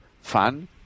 fun